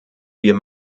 wir